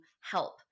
help